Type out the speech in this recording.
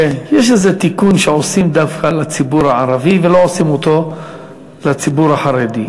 יש איזה תיקון שעושים דווקא לציבור הערבי ולא עושים אותו לציבור החרדי.